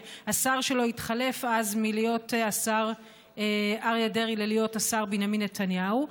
שהשר שלו התחלף אז מלהיות השר אריה דרעי ללהיות השר בנימין נתניהו,